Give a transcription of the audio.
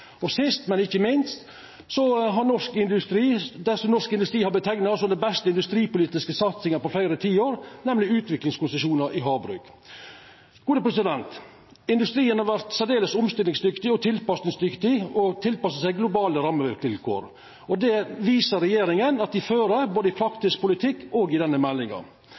og sist, men ikkje minst det som Norsk Industri har kalla den beste industripolitiske satsinga på fleire tiår, nemleg utviklingskonsesjonane i havbruka. Industrien har vore særdeles omstillingsdyktig og tilpassa seg globale rammevilkår. Det viser regjeringa at ho følgjer opp, både i praktisk politikk og i denne meldinga.